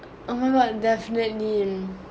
oh my god definitely in